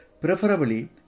Preferably